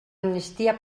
amnistia